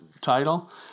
title